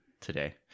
today